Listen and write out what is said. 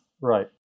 Right